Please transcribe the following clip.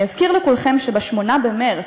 אני אזכיר לכולכם שב-8 במרס,